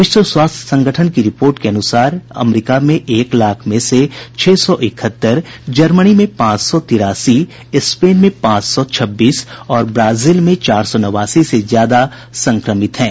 विश्व स्वास्थ्य संगठन की रिपोर्ट के अनुसार अमरीका में एक लाख में से छह सौ इकहत्तर जर्मनी में पांच सौ तिरासी स्पेन में पांच सौ छब्बीस और ब्राजील में चार सौ नवासी से ज्यादा संक्रमितहैं